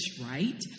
right